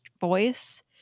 voice